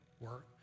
work